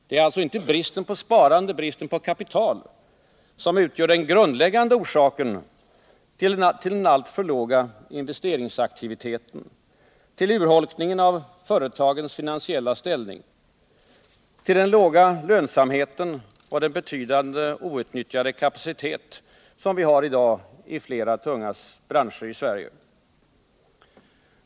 Det är alltså inte bristen på sparande, bristen på kapital som utgör den grundläggande orsaken till den alltför låga investeringsaktiviteten, till urholkningen av företagens finansiella ställning, till den låga lönsamheten och till den betydande outnyttjade kapacitet som vi har i dag i mera tunga branscher i Sverige.